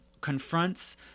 confronts